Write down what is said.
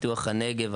פיתוח הנגב,